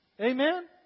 Amen